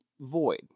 void